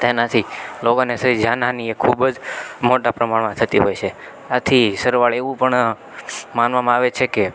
તેનાથી લોકોને થઈ જાનહાની એ ખૂબ જ મોટા પ્રમાણમાં થતી હોય છે આથી સરવાળે એવું પણ માનવામાં આવે છે કે